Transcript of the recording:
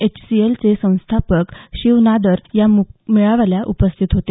एचसीएलचे संस्थापक शिव नादर या मेळाव्याला प्रमुख उपस्थित होते